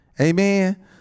Amen